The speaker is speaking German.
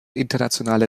internationale